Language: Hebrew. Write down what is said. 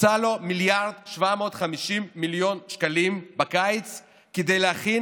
הוקצו לו 1.75 מיליארד שקלים בקיץ כדי להכין